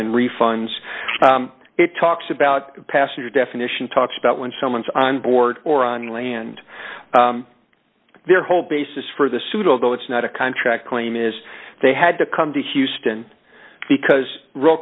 and refunds it talks about passenger definition talks about when someone's on board or on land their whole basis for the suit although it's not a contract claim is they had to come to houston because royal